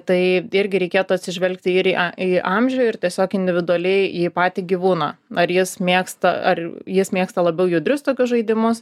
tai irgi reikėtų atsižvelgti ir a į amžių ir tiesiog individualiai į patį gyvūną ar jis mėgsta ar jis mėgsta labiau judrius tokius žaidimus